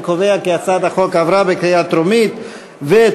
אני קובע כי הצעת החוק עברה בקריאה טרומית ותועבר